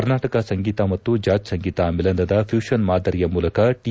ಕರ್ನಾಟಕ ಸಂಗೀತ ಮತ್ತು ಜಾಝ್ ಸಂಗೀತ ಮಿಲನದ ಫ್ಯೂಷನ್ ಮಾದರಿಯ ಮೂಲಕ ಟಿ